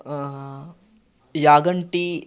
Yaganti